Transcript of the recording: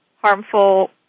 harmful